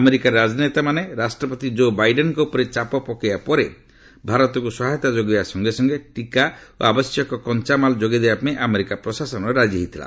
ଆମେରିକାର ରାଜନେତାମାନେ ରାଷ୍ଟ୍ରପତି ଜୋ ବାଇଡେନ୍ଙ୍କ ଉପରେ ଚାପ ପକାଇବା ପରେ ଭାରତକ୍ର ସହାୟତା ଯୋଗାଇବା ସଙ୍ଗେ ସଙ୍ଗେ ଟିକା ଓ ଆବଶ୍ୟକ କଞ୍ଚାମାଲ୍ ଯୋଗାଇ ଦେବାପାଇଁ ଆମେରିକା ପ୍ରଶାସନ ରାଜି ହୋଇଥିଲା